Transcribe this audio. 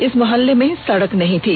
इस मुहल्ले में सड़क नहीं थी